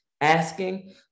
asking